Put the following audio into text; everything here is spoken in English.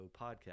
podcast